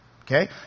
Okay